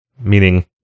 Meaning